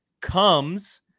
comes